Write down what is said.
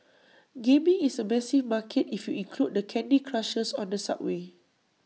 gaming is A massive market if you include the candy Crushers on the subway